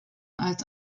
als